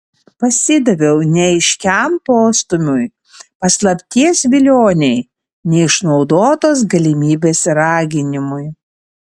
pasidaviau neaiškiam postūmiui paslapties vilionei neišnaudotos galimybės raginimui